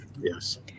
Yes